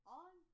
on